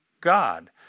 god